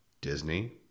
Disney